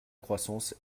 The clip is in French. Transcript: croissance